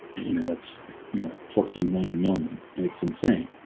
you know, it's you know fourteen million million it's insane